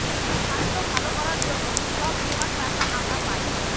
স্বাস্থ্য ভালো করার জন্য সব বীমার টাকা আমরা পায়